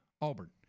Auburn